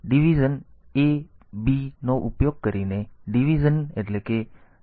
વિભાગ DIV AB નો ઉપયોગ કરીને ડિવિઝન કામગીરી કરવામાં આવે છે